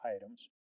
items